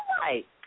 right